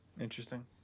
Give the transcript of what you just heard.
Interesting